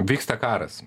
vyksta karas